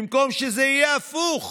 במקום שזה יהיה הפוך.